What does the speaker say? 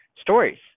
stories